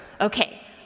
Okay